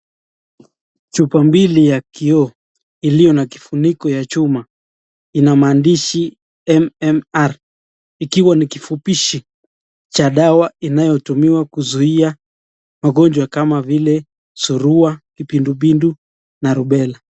Chupa mbili ya kiooo, iliyo na kifuniko ya chuma, ina maandishi MMR , ikiwa ni kifupishi cha dawa inayotumiwa kuzuia magonjwa kama vile surua , kipindupindu na rubela.